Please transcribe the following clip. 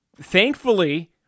thankfully—